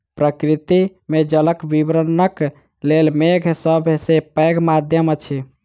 प्रकृति मे जलक वितरणक लेल मेघ सभ सॅ पैघ माध्यम अछि